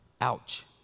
Ouch